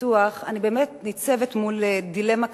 הפיתוח אני באמת ניצבת מול דילמה קשה.